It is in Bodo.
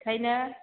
ओंखायनो